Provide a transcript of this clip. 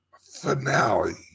finale